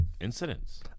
incidents